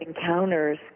encounters